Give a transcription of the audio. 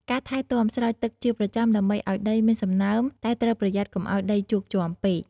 ការថែទាំ ស្រោចទឹកជាប្រចាំ ដើម្បីឱ្យដីមានសំណើម តែត្រូវប្រយ័ត្នកុំឲ្យដីជោកជាំពេក។